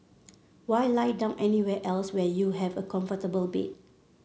why lie down anywhere else when you have a comfortable bed